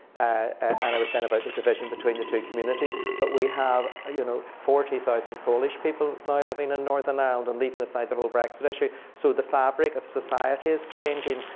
and i was saying about the division between the two communities, that but we have you know forty thousand polish people now living in northern ireland, and leaving aside the whole brexit issue, so the fabric of society is changing.